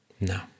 No